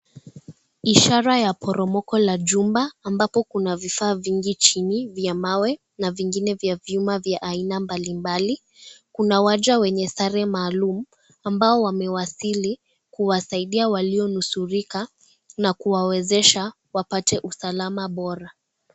Ishara ya poromoko la jumba, ambapo kuna vifaa vingi chini vya mawe, na vingine vya vyuma vya aina mbali mbali, kuna waja wenye sare maalum, ambao wamewasili kuwasaidia walio nusurika na kuwawezesha wapate usalama bora.